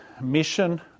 mission